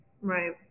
Right